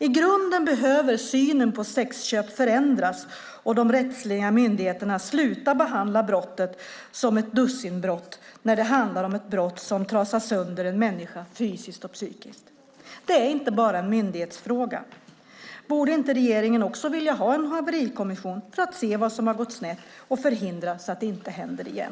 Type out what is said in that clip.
I grunden behöver synen på sexköp förändras och de rättsliga myndigheterna sluta behandla brottet som ett dussinbrott när det handlar om ett brott som trasar sönder en människa fysiskt och psykiskt. Det är inte bara en myndighetsfråga. Borde inte regeringen också vilja ha en haverikommission för att se vad som har gått snett och förhindra att det händer igen?